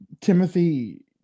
Timothy